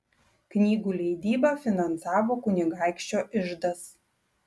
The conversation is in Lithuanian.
knygų leidybą finansavo kunigaikščio iždas